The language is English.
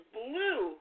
blue